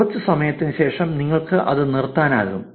കുറച്ച് സമയത്തിന് ശേഷം നിങ്ങൾക്ക് അത് നിർത്താനാകും